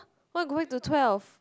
why go back to twelve